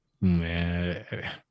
Man